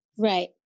Right